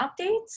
updates